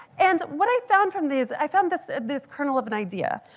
and what i found from these, i found this this kernel of an idea,